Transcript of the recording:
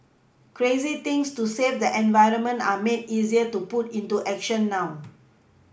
crazy things to save the environment are made easier to put into action now